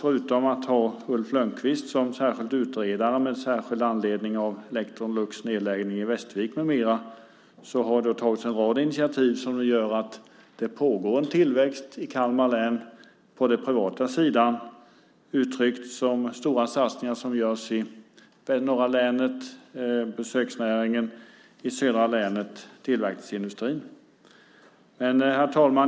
Förutom att ha Ulf Lönnqvist som särskild utredare med särskild anledning av Electrolux nedläggning i Västervik med mera har det tagits en rad initiativ som gör att det pågår en tillväxt i Kalmar län på den privata sidan. Den uttrycks i stora satsningar. I norra länet handlar det om besöksnäringen och i södra länet handlar det om tillverkningsindustrin. Herr talman!